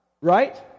right